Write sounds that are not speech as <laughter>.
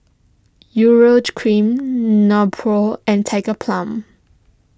Urea <unintelligible> Cream Nepro and Tigerbalm